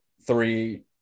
three